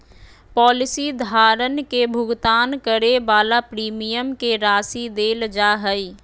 policy धारक के भुगतान करे वाला प्रीमियम के राशि देल जा हइ